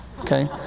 okay